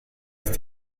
ist